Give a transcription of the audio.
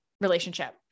relationship